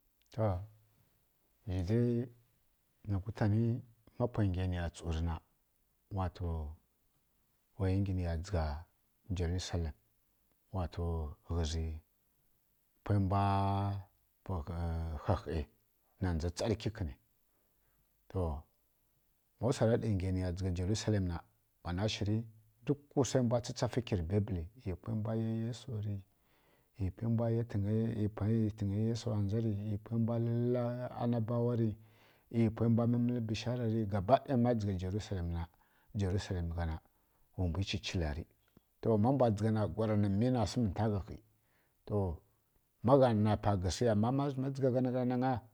To yanzhu na ghutani ma pwa ngiya niya tsu rǝ na wato waya ngi niya dzǝgha jerusalem wato ghǝzi pwe mbwa pwi khakhai na nza tsarki kǝni to ma wsara ɗa ngiya niya dzǝgha jerusalem na wana shǝri duk wse mbwa tsafi kirǝ baibli ˈyi pwe mbwa ya yesu ri ˈyi pwearǝ ˈyi tǝngyaya ndza ri ˈyi pwe mba lala anabawa ri ˈyi pwe mbwa mǝmǝli bishara rǝ gaba ɗaya maya dzǝgha jerusalem ghana wa mbwi chichilari to ma mbwa dzǝgha na gwara nǝ mi na sǝmi pa wakhi to magha nǝna pa gǝsi ama ma dzǝgha gha nǝ ghǝna nagha